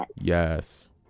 Yes